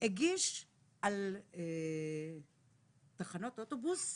הגיש לגבי תחנות אוטובוס